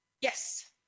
Yes